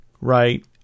Right